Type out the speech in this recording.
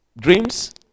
dreams